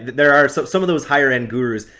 there are. some of those higher end gurus.